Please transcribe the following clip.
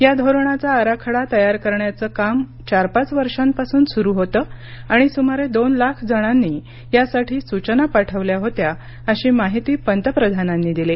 या धोरणाचा आराखडा तयार करण्याचं काम चार पाच वर्षांपासून सुरू होतं आणि सुमारे दोन लाख जणांनी यासाठी सुचना पाठवल्या होत्या अशी माहिती पंतप्रधानांनी दिली